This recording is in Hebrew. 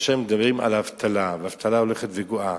שמדברים על אבטלה, ואבטלה הולכת וגואה,